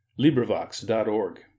LibriVox.org